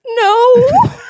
No